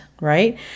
right